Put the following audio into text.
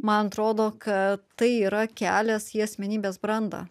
man atrodo kad tai yra kelias į asmenybės brandą